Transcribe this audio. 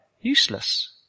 useless